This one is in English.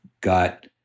got